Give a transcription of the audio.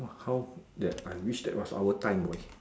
!wah! how that I wish that was our time we